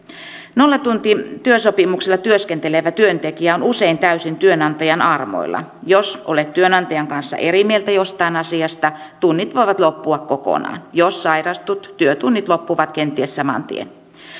nollatuntityösopimuksella työskentelevä työntekijä on usein täysin työnantajan armoilla jos olet työnantajan kanssa eri mieltä jostain asiasta tunnit voivat loppua kokonaan jos sairastut työtunnit loppuvat kenties saman tien